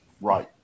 Right